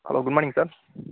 hello good morning sir